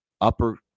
upper